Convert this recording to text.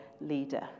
leader